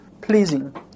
pleasing